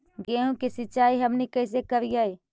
गेहूं के सिंचाई हमनि कैसे कारियय?